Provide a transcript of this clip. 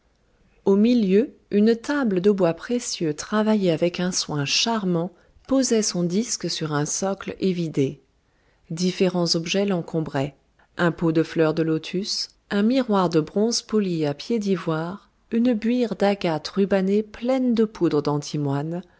au milieu une table de bois précieux travaillé avec un soin charmant posait son disque sur un socle évidé différents objets l'encombraient un pot de fleurs de lotus un miroir de bronze poli à pied d'ivoire une buire d'agate rubanée pleine de poudre d'antimoine